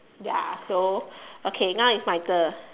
ya so okay now it's my turn